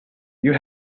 you